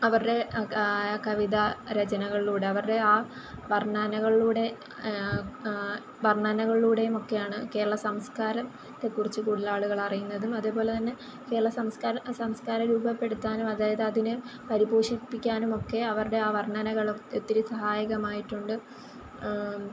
അവരുടെ ആ കവിത രചനകളിലൂടെ അവരുടെ ആ വർണനകളിലൂടെ വർണനകളിലൂടെയും ഒക്കെയാണ് കേരള സംസ്കാരത്തെ കുറിച്ച് കൂടുതൽ ആൾക്കാർ അറിയുന്നതും അതേപോലെ തന്നെ കേരള സംസ്കാരം രൂപപ്പെടുത്താനും അതായത് അതിനെ പരിപോഷിപ്പിക്കാനും ഒക്കെ അവരുടെ ആ വർണ്ണനകളും ഒത്തിരി സഹായകമായിട്ടുണ്ട്